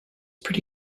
pretty